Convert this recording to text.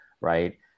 right